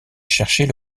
chercher